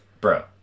bro